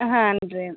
ಹಾನ್ ರೀ